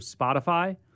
Spotify